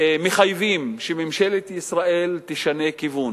מחייבים שממשלת ישראל תשנה כיוון,